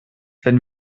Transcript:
wenn